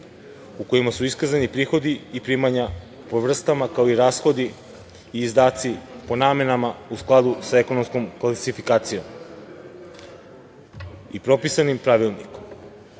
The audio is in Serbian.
u kojima su iskazani prihodi i primanja po vrstama, kao i rashodi i izdaci po namenama, u skladu sa ekonomskom klasifikacijom i propisanim pravilnikom.U